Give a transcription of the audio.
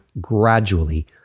gradually